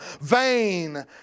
vain